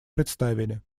представили